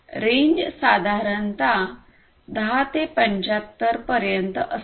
range साधारणत 10 ते 75 पर्यंत असते